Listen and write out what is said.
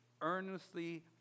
earnestly